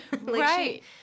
Right